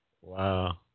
Wow